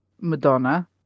Madonna